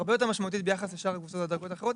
הרבה יותר משמעותית ביחס לשאר הקבוצות בדרגות אחרות.